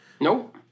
No